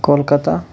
Kolkata